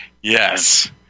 Yes